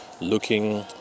looking